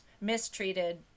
Mistreated